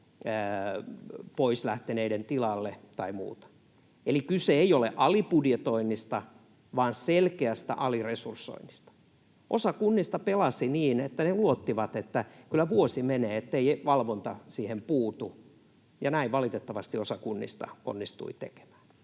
poislähteneiden tilalle tai muuta. Eli kyse ei ole alibudjetoinnista, vaan selkeästä aliresursoinnista. Osa kunnista pelasi niin, että ne luottivat, että kyllä vuosi menee, ettei valvonta siihen puutu. Ja näin valitettavasti osa kunnista onnistui tekemään.